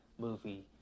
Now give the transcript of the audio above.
movie